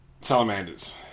salamanders